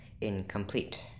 incomplete